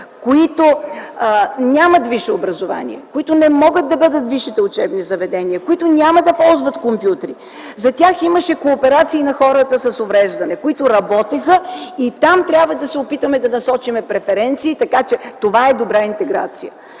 които нямат висше образование, които не могат да бъдат във висшите учебни заведения, които няма да ползват компютри, за тях имаше кооперации, които работеха. Там трябва да се опитаме да насочим преференции, това е добра интеграция.